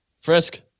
Frisk